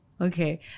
Okay